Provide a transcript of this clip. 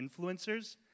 influencers